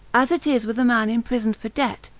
as it is with a man imprisoned for debt,